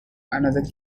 another